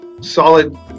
solid